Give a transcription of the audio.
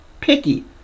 picky